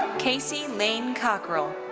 kasey laine cockerill.